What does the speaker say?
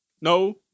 No